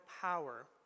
power